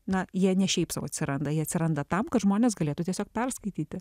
na jie ne šiaip sau atsiranda jie atsiranda tam kad žmonės galėtų tiesiog perskaityti